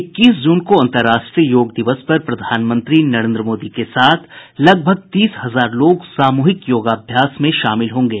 इक्कीस जून को अंतरराष्ट्रीय योग दिवस पर प्रधानमंत्री नरेंद्र मोदी के साथ लगभग तीस हजार लोग सामूहिक योगाभ्यास में शामिल होंगे